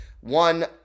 One